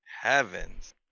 heavens